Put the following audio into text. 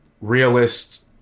Realist